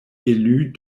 élus